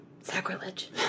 sacrilege